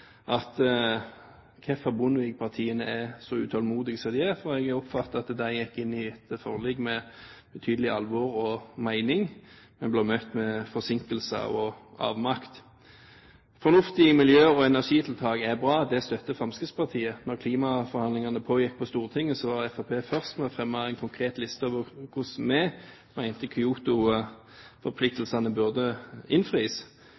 tilskuer, hvorfor Bondevik-partiene er så utålmodige som de er, for jeg oppfatter at de gikk inn i et forlik med betydelig alvor og mening, men blir møtt med forsinkelser og avmakt. Fornuftige miljø- og energitiltak er bra. Det støtter Fremskrittspartiet. Da klimaforhandlingene pågikk på Stortinget, var Fremskrittspartiet først ute med å fremme en konkret liste over hvordan vi mente Kyoto-forpliktelsene burde innfris